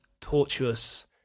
tortuous